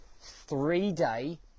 three-day